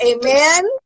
Amen